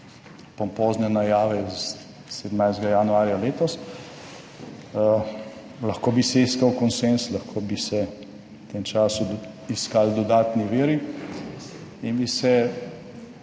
pompozne najave iz 17. januarja letos. Lahko bi se iskal konsenz, lahko bi se v tem času iskali dodatni viri in bi se